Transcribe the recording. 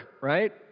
right